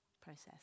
process